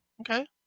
Okay